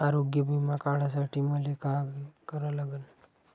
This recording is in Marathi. आरोग्य बिमा काढासाठी मले काय करा लागन?